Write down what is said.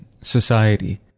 society